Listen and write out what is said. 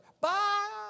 Bye